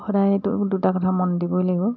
সদায়টো দুটা কথা মন দিবই লাগিব